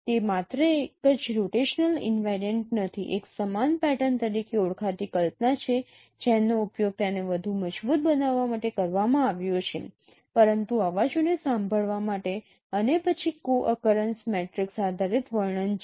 તે માત્ર એક જ રોટેશનલ ઈનવેરિયન્ટ નથી એક સમાન પેટર્ન તરીકે ઓળખાતી કલ્પના છે જેનો ઉપયોગ તેને વધુ મજબૂત બનાવવા માટે કરવામાં આવ્યો છે પરંતુ અવાજોને સંભાળવા માટે અને પછી કો અકરેન્સ મેટ્રિક્સ આધારિત વર્ણન છે